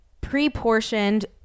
pre-portioned